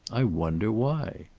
i wonder, why.